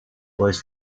was